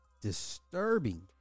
disturbing